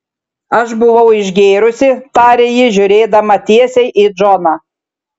aš buvau išgėrusi tarė ji žiūrėdama tiesiai į džoną